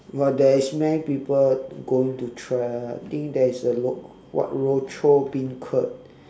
well there is many people going to try ah I think there is ro~ what Rochor beancurd